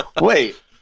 Wait